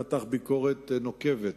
מתח ביקורת נוקבת,